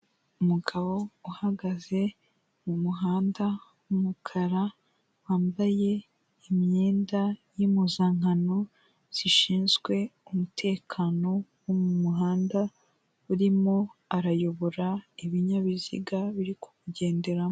Umugabo uhagaze mu muhanda w'umukara wambaye imyenda y'impuzankano, zishinzwe umutekano wo mu muhanda, urimo arayobora ibinyabiziga biri kuwugenderamo.